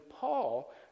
Paul